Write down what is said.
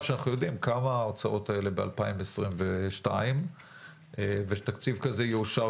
שאנחנו יודעים כמה ההוצאות האלה ב-2022 ושתקציב כזה יאושר